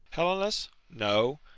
helenus! no.